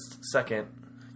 second